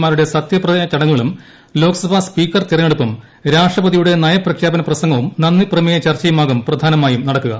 മാരുടെ സത്യപ്രതിജ്ഞാ ചടങ്ങു കളും ലോക്സഭാ സ്പീക്കർ തെരഞ്ഞെടുപ്പും രാഷ്ട്രപതിയുടെ നയപ്രഖ്യാപന പ്രസംഗവും നന്ദിപ്രമേയ ചർച്ചയും ആകും പ്രധാന മായും നടക്കുക